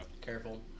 Careful